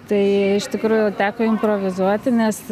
tai iš tikrųjų teko improvizuoti nes